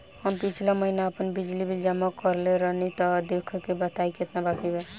हम पिछला महीना आपन बिजली बिल जमा करवले रनि तनि देखऽ के बताईं केतना बाकि बा?